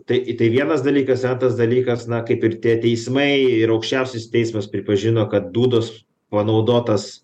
tai į tai vienas dalykas antras dalykas na kaip ir tie teismai ir aukščiausiasis teismas pripažino kad dūdos panaudotas